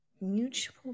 Mutual